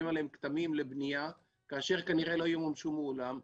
עליהם כתמים לבנייה כאשר כנראה לא ימומשו לעולם,